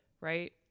Right